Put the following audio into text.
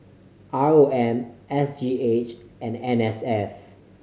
R O M S G H and N S F